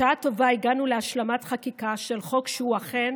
בשעה טובה הגענו להשלמת חקיקה של חוק שהוא אכן